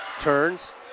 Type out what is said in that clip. turns